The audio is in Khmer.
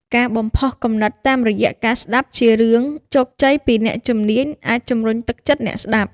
ការបំផុសគំនិតតាមរយះការស្តាប់ជារឿងជោគជ័យពីអ្នកជំនាញអាចជំរុញទឹកចិត្តអ្នកស្តាប់។